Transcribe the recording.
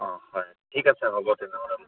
অঁ হয় ঠিক আছে হ'ব তেনেহ'লে